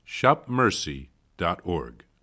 shopmercy.org